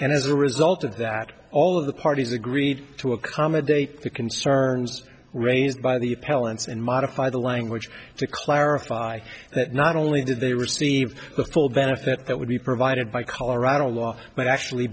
and as a result of that all of the parties agreed to accommodate the concerns raised by the appellants and modify the language to clarify that not only did they receive the full benefit that would be provided by colorado law but actually